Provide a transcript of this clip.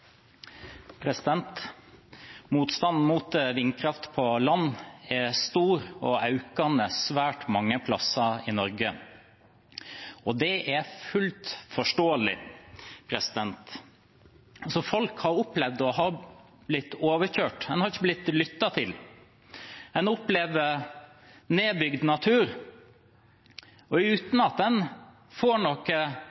stor og økende svært mange plasser i Norge. Det er fullt forståelig. Folk har opplevd å bli overkjørt – en er ikke blitt lyttet til. En opplever nedbygd natur, og